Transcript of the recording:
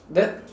that